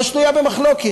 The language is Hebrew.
לא שנויה במחלוקת.